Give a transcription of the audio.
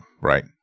right